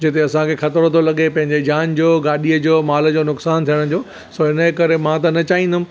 जिते असांखे ख़तरो थो लॻे पंहिंजे जान जो गाॾीअ जो माल जो नुक्सान थियण जो सो हिन जे करे मां त न चाहींदुमि